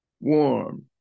warm